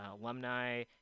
alumni